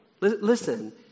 Listen